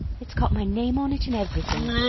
it's got my name on it, and everything.